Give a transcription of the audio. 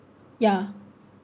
ya